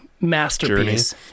masterpiece